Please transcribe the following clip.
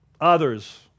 others